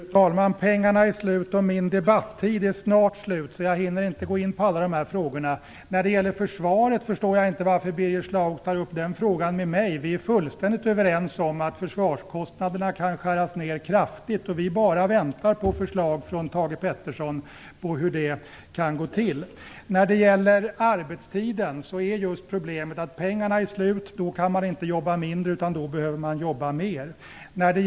Fru talman! Pengarna är slut, och min debattid är snart slut, så jag hinner inte gå in på alla de här frågorna. När det gäller försvaret förstår jag inte varför Birger Schlaug tar upp den frågan med mig. Vi är fullständigt överens om att försvarskostnaderna kan skäras ned kraftigt. Vi väntar bara på förslag från Thage Peterson om hur en sådan nedskärning kan genomföras. När det gäller arbetstiden är problemet just att pengarna är slut. Då kan man inte jobba mindre, utan då behöver man jobba mer.